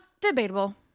debatable